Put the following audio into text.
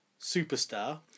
superstar